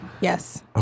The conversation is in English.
Yes